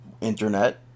internet